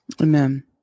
Amen